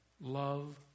love